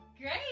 Great